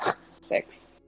Six